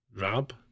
Rab